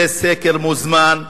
זה סקר מוזמן,